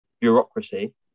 bureaucracy